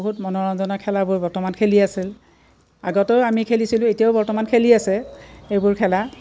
বহুত মনোৰঞ্জনৰ খেলাবোৰ বৰ্তমান খেলি আছিল আগতেও আমি খেলিছিলোঁ এতিয়াও বৰ্তমান খেলি আছে এইবোৰ খেলা